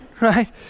right